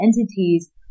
entities